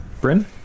Bryn